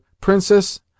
Princess